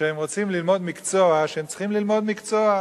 שהם רוצים ללמוד מקצוע, שהם צריכים ללמוד מקצוע.